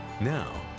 Now